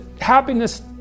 happiness